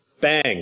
Bang